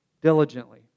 diligently